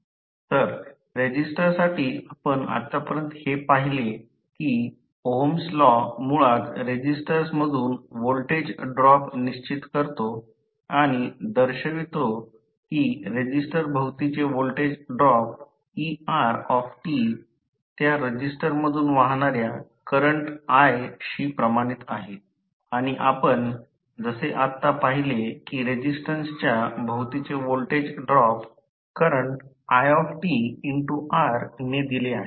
तर रेझिस्टर्ससाठी आपण आतापर्यंत हे पहिले कि ओहम्स् लॉ मुळात रेझिस्टर्स मधून व्होल्टेज ड्रॉप निश्चित करतो आणि दर्शवतो की रेझिस्टर भोवतीचे व्होल्टेज ड्रॉप eRt त्या रेझिस्टर मधून वाहणाऱ्या करंट i शी प्रमाणित आहे आणि आपण जसे आत्ता पहिले कि रेईसीटन्सच्या भोवतीचे व्होल्टेज ड्रॉप करंट itR ने दिले आहे